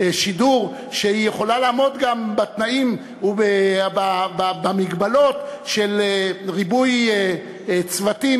שידור שיכולה לעמוד גם בתנאים ובמגבלות של ריבוי צוותים,